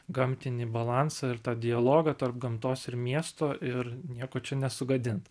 gamtinį balansą ir tą dialogą tarp gamtos ir miesto ir nieko čia nesugadint